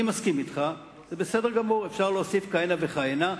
ואפשר להוסיף כהנה וכהנה,